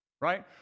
right